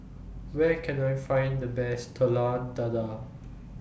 Where Can I Find The Best Telur Dadah